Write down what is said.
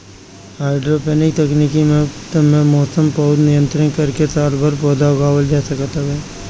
hydroponic तकनीकी में मौसम पअ नियंत्रण करके सालभर पौधा उगावल जा सकत हवे